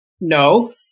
No